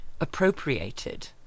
appropriated